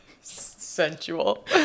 Sensual